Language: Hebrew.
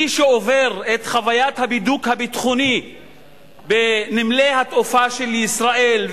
מי שעובר את חוויית הבידוק הביטחוני בנמלי התעופה של ישראל,